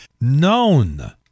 known